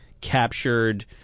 captured